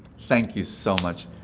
thank you so much!